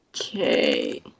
Okay